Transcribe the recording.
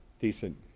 decent